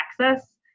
access